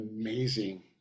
amazing